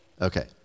Okay